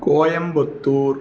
Coimbatore